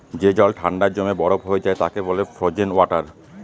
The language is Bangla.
যে জল ঠান্ডায় জমে বরফ হয়ে যায় তাকে বলে ফ্রোজেন ওয়াটার